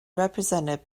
represented